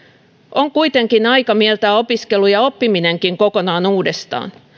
on kuitenkin aika mieltää opiskelu ja oppiminenkin kokonaan uudestaan